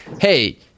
hey